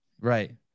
Right